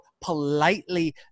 politely